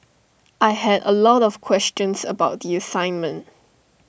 I had A lot of questions about the assignment